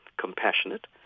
compassionate